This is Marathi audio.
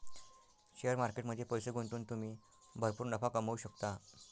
शेअर मार्केट मध्ये पैसे गुंतवून तुम्ही भरपूर नफा कमवू शकता